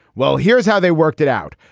well here's how they worked it out.